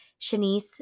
Shanice